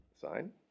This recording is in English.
sign